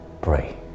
pray